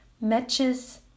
matches